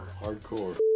Hardcore